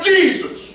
Jesus